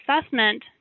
assessment